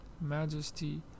majesty